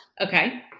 Okay